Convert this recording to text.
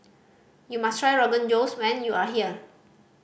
you must try Rogan Josh when you are here